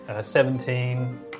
seventeen